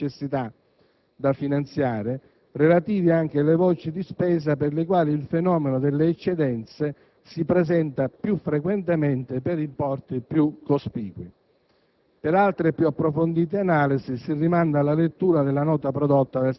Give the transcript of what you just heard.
dell'opportunità di una più precisa quantificazione delle effettive necessità da finanziare, relative anche alle voci di spesa per le quali il fenomeno delle eccedenze si presenta più frequentemente per importi più cospicui.